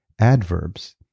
adverbs